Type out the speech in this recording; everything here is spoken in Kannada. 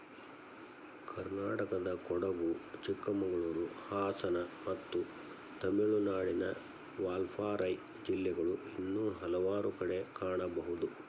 ಕರ್ನಾಟಕದಕೊಡಗು, ಚಿಕ್ಕಮಗಳೂರು, ಹಾಸನ ಮತ್ತು ತಮಿಳುನಾಡಿನ ವಾಲ್ಪಾರೈ ಜಿಲ್ಲೆಗಳು ಇನ್ನೂ ಹಲವಾರು ಕಡೆ ಕಾಣಬಹುದು